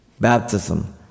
Baptism